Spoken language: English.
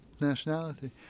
nationality